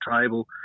table